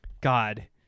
god